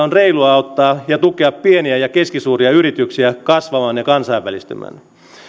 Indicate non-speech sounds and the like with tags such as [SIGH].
[UNINTELLIGIBLE] on reilua auttaa ja tukea pieniä ja keskisuuria yrityksiä kasvamaan ja kansainvälistymään